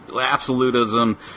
absolutism